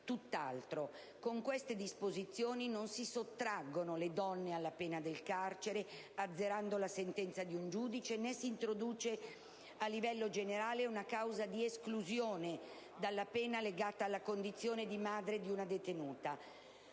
tutt'altro. Con queste disposizioni non si sottraggono le donne alla pena del carcere, azzerando la sentenza di un giudice, né si introduce a livello generale una causa di esclusione dalla pena legata alla condizione di madre di una detenuta.